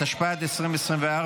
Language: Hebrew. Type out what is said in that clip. התשפ"ג 2023,